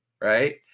right